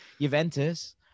Juventus